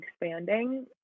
expanding